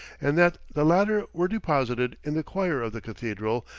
and that the latter were deposited in the choir of the cathedral,